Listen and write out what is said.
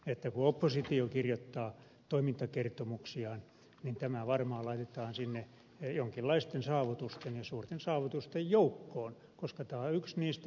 kun oppositio kirjoittaa toimintakertomuksiaan niin tämä varmaan laitetaan sinne jonkinlaisten saavutusten ja suurten saavutusten joukkoon koska tämä on yksi niistä